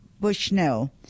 Bushnell